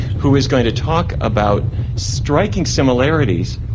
who is going to talk about striking similarities,